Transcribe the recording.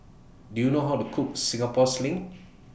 Do YOU know How to Cook Singapore Sling